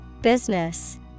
Business